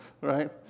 right